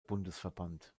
bundesverband